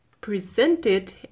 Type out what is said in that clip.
presented